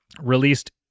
Released